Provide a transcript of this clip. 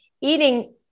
eating